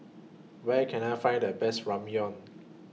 Where Can I Find The Best Ramyeon